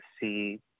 see